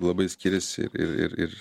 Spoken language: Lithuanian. labai skiriasi ir ir ir